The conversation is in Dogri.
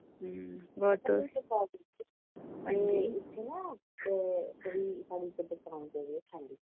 और तुस हां जी